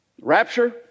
rapture